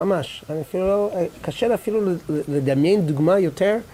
ממש, קשה אפילו לדמיין דוגמה יותר